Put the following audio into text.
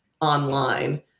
online